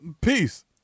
Peace